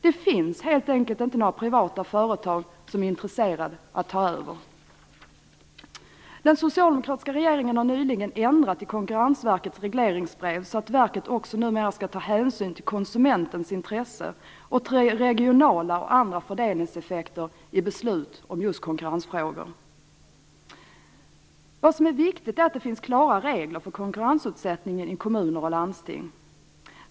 Det finns helt enkelt inte några privata företag som är intresserade att ta över. Den socialdemokratiska regeringen har nyligen ändrat i konkurrensverkets regleringsbrev så att verket numera också skall ta hänsyn till konsumentens intressen och regionala och andra fördelningseffekter i beslut om just konkurrensfrågor. Vad som är viktigt är att det finns klara regler för konkurrensutsättningen i kommuner och landsting.